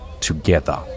together